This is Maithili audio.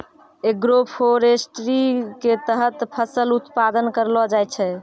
एग्रोफोरेस्ट्री के तहत फसल उत्पादन करलो जाय छै